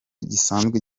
gisanzwe